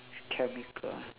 chemical